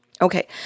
Okay